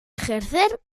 ejercer